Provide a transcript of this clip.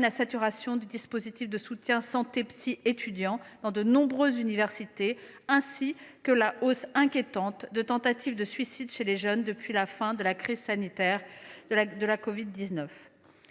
La saturation du dispositif de soutien Santé psy étudiant dans de nombreuses universités ainsi que la hausse inquiétante de tentatives de suicide chez les jeunes depuis la fin de la crise sanitaire de la covid 19